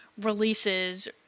releases